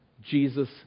Jesus